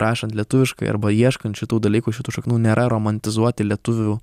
rašant lietuviškai arba ieškant šitų dalykų šitų šaknų nėra romantizuoti lietuvių